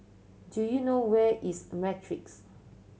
do you know where is Matrix